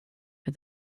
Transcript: for